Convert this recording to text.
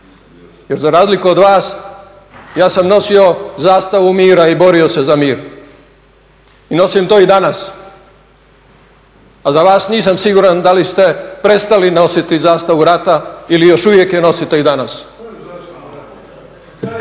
jer za razliku od vas ja sam nosio zastavu mira i borio se za mir i nosim to i danas, a za vas nisam siguran da li ste prestali nositi zastavu rata ili još uvijek je nosite i danas.